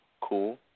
Cool